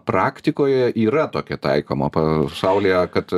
praktikoje yra tokia taikoma pasaulyje kad